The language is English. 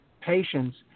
patients